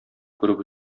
күреп